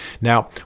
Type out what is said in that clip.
Now